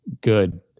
good